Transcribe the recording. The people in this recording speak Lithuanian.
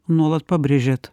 nuolat pabrėžiat